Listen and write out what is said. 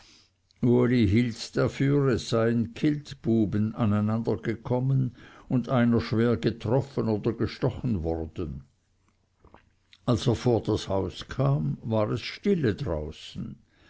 dafür es seien kiltbuben aneinandergekommen und einer schwer getroffen oder gestochen worden als er vor das haus kam war es stille draußen